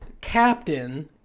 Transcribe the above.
captain